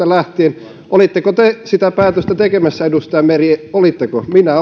lähtien olitteko te sitä päätöstä tekemässä edustaja meri olitteko minä